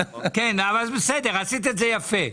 כן, אבל זה בסדר; עשית את זה יפה.